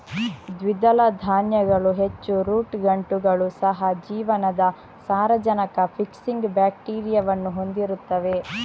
ದ್ವಿದಳ ಧಾನ್ಯಗಳು ಹೆಚ್ಚು ರೂಟ್ ಗಂಟುಗಳು, ಸಹ ಜೀವನದ ಸಾರಜನಕ ಫಿಕ್ಸಿಂಗ್ ಬ್ಯಾಕ್ಟೀರಿಯಾವನ್ನು ಹೊಂದಿರುತ್ತವೆ